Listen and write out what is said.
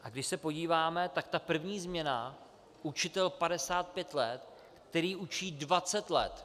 A když se podíváme, první změna, učitel 55 let, který učí dvacet let.